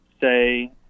say